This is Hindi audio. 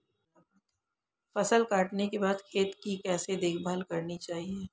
फसल काटने के बाद खेत की कैसे देखभाल करनी चाहिए?